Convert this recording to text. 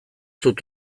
dut